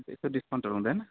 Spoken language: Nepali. यसो डिस्काउन्टहरू हुँदैन